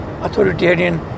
authoritarian